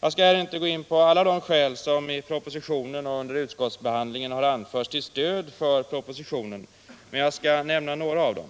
Jag skall här inte upprepa alla de skäl som i propositionen och vid utskottsbehandlingen har anförts till stöd för regeringsförslaget, men jag skall nämna några av dem.